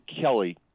kelly